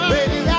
Baby